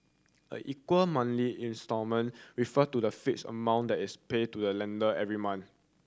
a equated monthly instalment refer to the fixed amount that is paid to a lender every month